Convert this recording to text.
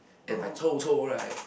and I chow chow right